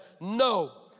no